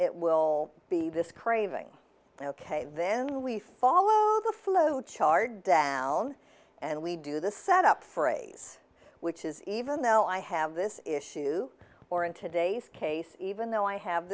it will be this craving ok then we follow the flow chart down and we do this set up phrase which is even though i have this issue or in today's case even though i have